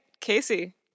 Casey